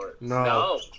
No